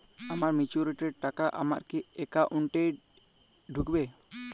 আমার ম্যাচুরিটির টাকা আমার কি অ্যাকাউন্ট এই ঢুকবে?